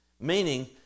meaning